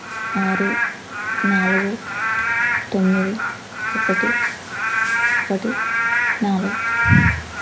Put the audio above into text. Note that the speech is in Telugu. ఆరు నాలుగు తొమ్మిది ఒకటి ఒకటి నాలుగు